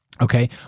okay